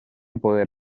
poder